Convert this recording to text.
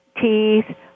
teeth